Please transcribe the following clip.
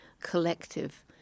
collective